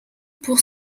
pour